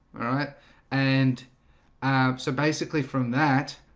all right and um so basically from that